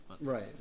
Right